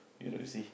you know you see